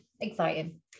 exciting